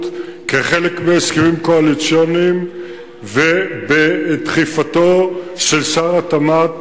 כחלק מהסכמים קואליציוניים ובדחיפתו של שר התמ"ת,